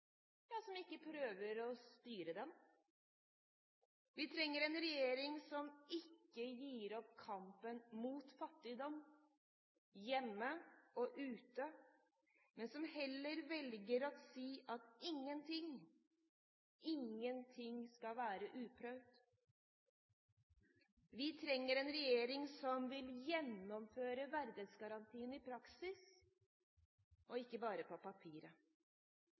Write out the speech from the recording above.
som ikke prøver å styre den. Vi trenger en regjering som ikke gir opp kampen mot fattigdom hjemme og ute, men som heller velger å si at ingenting – ingenting – skal være uprøvd. Vi trenger en regjering som vil gjennomføre verdighetsgarantien i praksis, ikke bare på papiret.